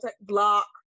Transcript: block